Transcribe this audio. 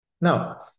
Now